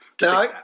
Now